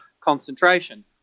concentration